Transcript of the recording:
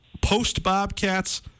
post-Bobcats